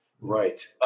Right